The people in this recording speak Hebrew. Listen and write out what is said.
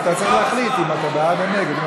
אז אתה צריך להחליט אם אתה בעד או נגד.